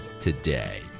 today